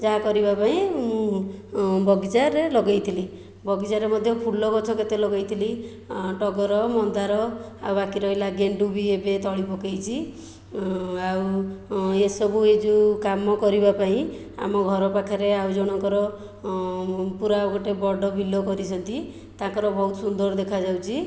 ଯାହା କରିବା ପାଇଁ ମୁଁ ବଗିଚାରେ ଲଗାଇଥିଲି ବଗିଚାରେ ମଧ୍ୟ ଫୁଲ ଗଛ କେତେ ଲଗାଇଥିଲି ଟଗର ମନ୍ଦାର ଆଉ ବାକି ରହିଲା ଗେଣ୍ଡୁ ବି ଏବେ ତଳି ପକାଇଛି ଆଉ ଏସବୁ ଏ ଯେଉଁ କାମ କରିବା ପାଇଁ ଆମ ଘର ପାଖରେ ଆଉ ଜଣଙ୍କର ପୂରା ଗୋଟିଏ ବଡ଼ ବିଲ କରିଛନ୍ତି ତାଙ୍କର ବହୁତ ସୁନ୍ଦର ଦେଖା ଯାଉଛି